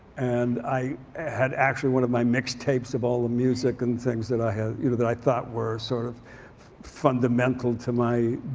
and i had actually one of my mixed tapes of all the music and things that i did you know that i thought were sort of fundamental to my